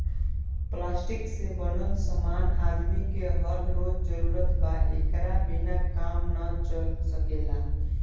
plastic से बनल समान आदमी के हर रोज जरूरत बा एकरा बिना काम ना चल सकेला